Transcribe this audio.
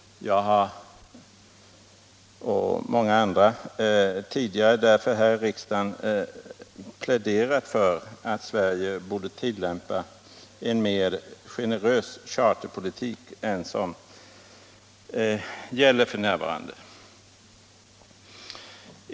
Jag, och många andra, har därför redan tidigare här i riksdagen pläderat för att Sverige borde tillämpa en mer generös charterpolitik än den nuvarande.